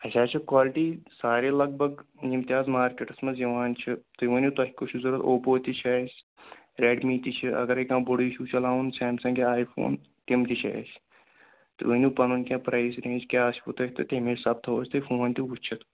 اَسہِ حظ چھِ کالٹی سارے لگ بگ یِم تہِ حظ مارکیٹس منٛز یِوان چھِ تُہۍ ؤنِو تۄہہِ کُس چھُو ضوٚرَتھ اوپو تہِ چھُ اَسہِ رٮ۪ڈمی تہِ چھُ اگرَے کانٛہہ بۄڑٕے چھُو چلاوُن سیمسنٛگ یا آی فون تِم تہِ چھِ اَسہِ تُہۍ ؤنِو پنُن کینٛہہ پرٛایز رینج کیٛاہ آسِوٕ تۄہہِ تہٕ تَمہِ حِساب تھاوو أسۍ تۄہہِ فون تہِ وٕچھِتھ